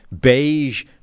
beige